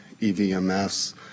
EVMS